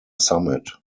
summit